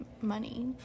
money